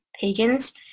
pagans